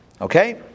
Okay